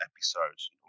episodes